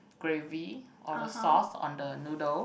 gravy or the sauce on the noodle